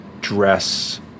dress